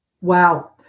Wow